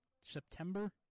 September